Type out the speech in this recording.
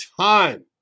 time